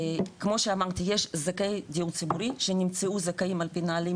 כמו שאמרתי יש זכאי דיור ציבורי שנמצאו זכאים על פי נהלים